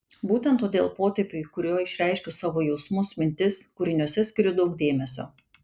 būtent todėl potėpiui kuriuo išreiškiu savo jausmus mintis kūriniuose skiriu daug dėmesio